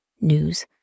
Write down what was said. news